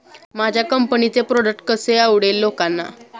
माझ्या कंपनीचे प्रॉडक्ट कसे आवडेल लोकांना?